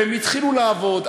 והם התחילו לעבוד,